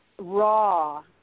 raw